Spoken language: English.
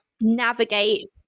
navigate